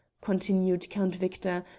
continued count victor,